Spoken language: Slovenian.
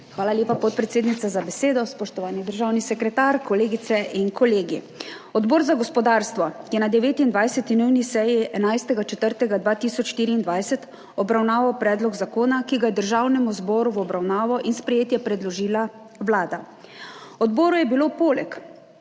Hvala lepa, podpredsednica, za besedo. Spoštovani državni sekretar, kolegice in kolegi! Odbor za gospodarstvo je na 29. nujni seji 11. 4. 2024 obravnaval predlog zakona, ki ga je Državnemu zboru v obravnavo in sprejetje predložila Vlada. Odboru je bilo poleg